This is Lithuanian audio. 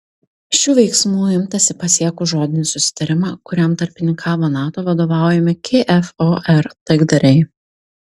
šių veiksmų imtasi pasiekus žodinį susitarimą kuriam tarpininkavo nato vadovaujami kfor taikdariai